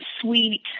sweet